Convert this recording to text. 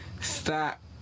Stop